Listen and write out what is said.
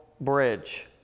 bridge